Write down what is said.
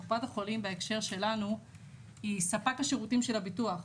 קופת החולים בהקשר שלנו היא ספק השירותים של הביטוח.